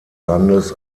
landes